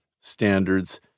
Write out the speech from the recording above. standards